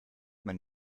man